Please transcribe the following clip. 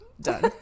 Done